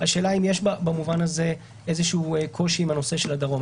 השאלה אם יש במובן הזה קושי עם הדרום?